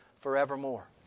forevermore